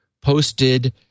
posted